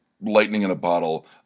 lightning-in-a-bottle